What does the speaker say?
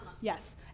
Yes